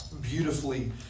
beautifully